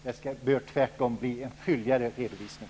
Det bör tvärtom bli en fylligare redovisning.